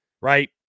right